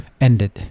ended